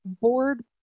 board